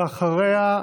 ואחריה,